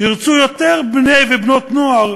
ירצו להתנדב לשנת שירות יותר בני ובנות נוער